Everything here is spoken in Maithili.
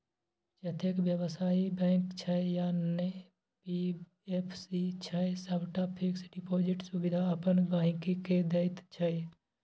जतेक बेबसायी बैंक छै या एन.बी.एफ.सी छै सबटा फिक्स डिपोजिटक सुविधा अपन गांहिकी केँ दैत छै